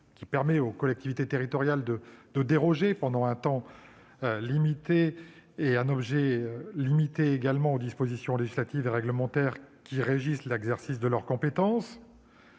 qui permet aux collectivités territoriales de déroger, pendant un temps limité et sur un objet circonscrit, aux dispositions législatives et réglementaires régissant l'exercice de leurs compétences.